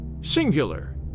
singular